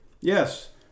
Yes